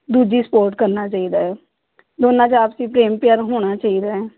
ਦੂਜੀ ਸਪੋਰਟ ਕਰਨਾ ਚਾਹੀਦਾ ਹੈ ਦੋਨਾਂ 'ਚ ਆਪਸੀ ਪ੍ਰੇਮ ਪਿਆਰ ਹੋਣਾ ਚਾਹੀਦਾ ਹੈ